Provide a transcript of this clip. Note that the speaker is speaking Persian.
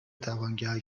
توانگر